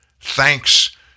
thanks